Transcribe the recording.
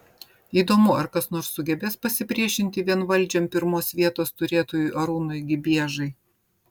įdomu ar kas nors sugebės pasipriešinti vienvaldžiam pirmos vietos turėtojui arūnui gibiežai